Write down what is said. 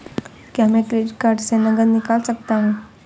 क्या मैं credit card से नकद निकाल सकता हूँ?